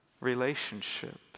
relationship